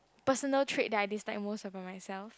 personal trait that I dislike most about myself